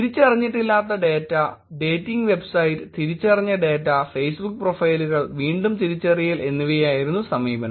തിരിച്ചറിഞ്ഞിട്ടില്ലാത്ത data dating website തിരിച്ചറിഞ്ഞ data Facebook പ്രൊഫൈലുകൾ വീണ്ടും തിരിച്ചറിയൽ എന്നിവയായിരുന്നു സമീപനം